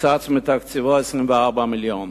וקוצצו מתקציבו 24 מיליון.